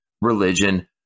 religion